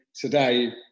today